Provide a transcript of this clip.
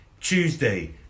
Tuesday